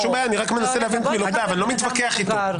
אני לא מתווכח איתו.